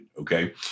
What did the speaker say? Okay